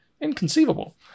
Inconceivable